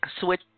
switch